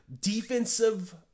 defensive